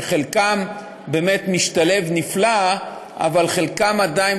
שחלקם באמת משתלב נפלא אבל חלקם עדיין,